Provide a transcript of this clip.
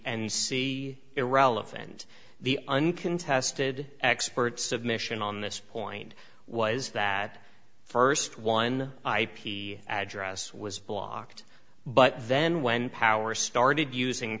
see irrelevant the uncontested expert submission on this point was that first one ip address was blocked but then when power started using